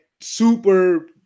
super